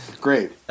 great